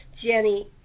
Jenny